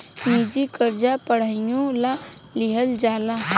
निजी कर्जा पढ़ाईयो ला लिहल जाला